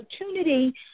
opportunity